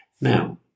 Now